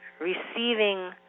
receiving